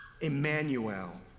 Emmanuel